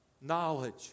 knowledge